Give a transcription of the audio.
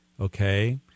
Okay